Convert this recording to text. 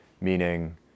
meaning